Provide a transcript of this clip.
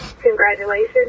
Congratulations